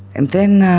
and then,